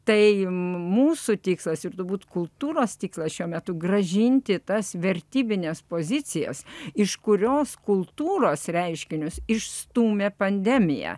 tai mūsų tikslas ir turbūt kultūros tikslas šiuo metu grąžinti tas vertybines pozicijas iš kurios kultūros reiškinius išstūmė pandemija